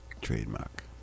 Trademark